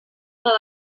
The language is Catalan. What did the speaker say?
una